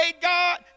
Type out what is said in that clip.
God